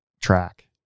track